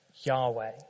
Yahweh